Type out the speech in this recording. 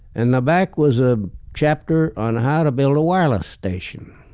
in the back was a chapter on how to build a wireless station.